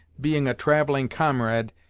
being a travelling comrade,